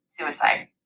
suicide